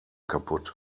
kapput